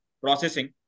processing